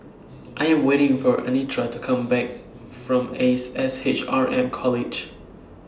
I Am waiting For Anitra to Come Back from Ace S H R M College